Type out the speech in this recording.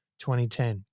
2010